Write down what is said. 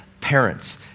parents